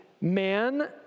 man